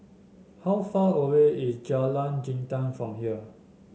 how far away is Jalan Jintan from here